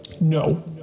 no